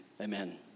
amen